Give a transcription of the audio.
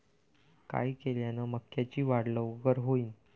काय केल्यान मक्याची वाढ लवकर होईन?